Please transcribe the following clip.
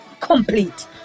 complete